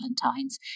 Valentine's